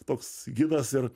toks gidas ir